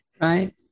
Right